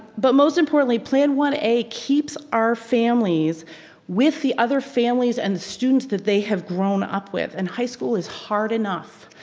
but most importantly plan one a keeps our families with the other families and the students that they have grown up with and high school is hard enough.